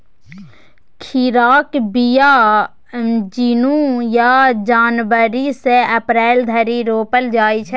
खीराक बीया जुन या जनबरी सँ अप्रैल धरि रोपल जाइ छै